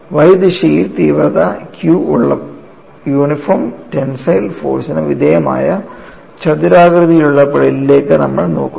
Y ദിശയിൽ തീവ്രത q ഉള്ള യൂണിഫോം ടെൻസൈൽ ഫോഴ്സിന് വിധേയമായ ചതുരാകൃതിയിലുള്ള പ്ലേറ്റിലേക്ക് നമ്മൾ നോക്കുന്നു